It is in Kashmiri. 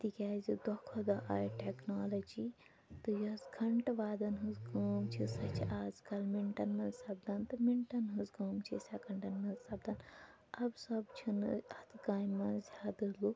تِکیٛازِ دۄہ کھۄتہٕ دۄہ آیہِ ٹیٚکنالوجی تہٕ یۄس گَھنٹہٕ وادَن ہنٛز کٲم چھِ سۄ چھِ آز کَل مِنٹَن منٛز سَپدان تہٕ مِنٹَن ہنٛز کٲم چھِ سیٚکنٛڈن منٛز سَپدان اَمہِ سب چھِنہٕ اَتھ کامہِ منٛز زیادٕ لوٗکھ